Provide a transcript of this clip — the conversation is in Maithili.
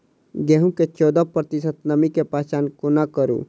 गेंहूँ मे चौदह प्रतिशत नमी केँ पहचान कोना करू?